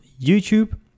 YouTube